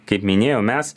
kaip minėjau mes